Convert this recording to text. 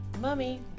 Mummy